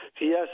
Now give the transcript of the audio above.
yes